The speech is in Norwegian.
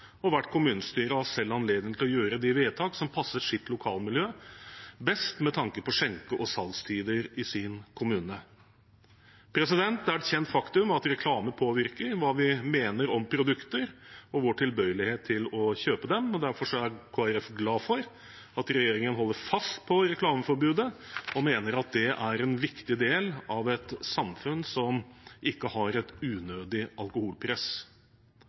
gjøre vedtak som passer sitt lokalmiljø best med tanke på skjenke- og salgstider i sin kommune. Det er et kjent faktum at reklame påvirker hva vi mener om produkter og vår tilbøyelighet til å kjøpe dem. Derfor er Kristelig Folkeparti glad for at regjeringen holder fast på reklameforbudet og mener at det er en viktig del av et samfunn som ikke har et unødig alkoholpress.